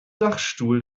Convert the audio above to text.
dachstuhl